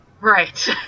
Right